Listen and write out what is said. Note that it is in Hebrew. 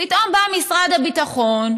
פתאום בא משרד הביטחון,